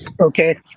Okay